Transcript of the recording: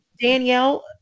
Danielle